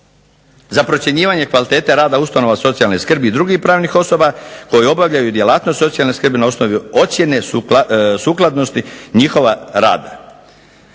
Za procjenjivanje kvalitete rada ustanova socijalne skrbi i drugih pravni osoba, koji obavljaju djelatnost socijalne skrbi na osnovi ocjene sukladnosti njihova rada.